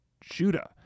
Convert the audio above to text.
Judah